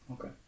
okay